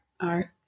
art